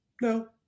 No